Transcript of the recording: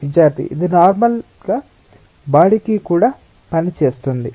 విద్యార్థి ఇది నార్మల్ గా బాడీ కి కూడా పని చేస్తుంది